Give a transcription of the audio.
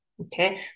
Okay